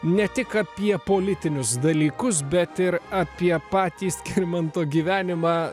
ne tik apie politinius dalykus bet ir apie patį skirmanto gyvenimą